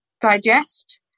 digest